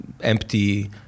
empty